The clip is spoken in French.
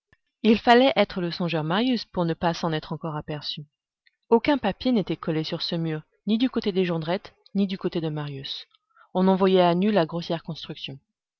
il fallait être le songeur marius pour ne pas s'en être encore aperçu aucun papier n'était collé sur ce mur ni du côté des jondrette ni du côté de marius on en voyait à nu la grossière construction